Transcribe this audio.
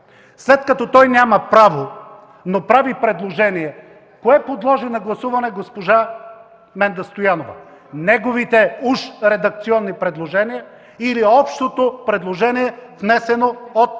След като той няма право, но прави предложение, кое подложи на гласуване госпожа Менда Стоянова – неговите уж редакционни предложения, или общото предложение, внесено от